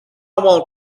want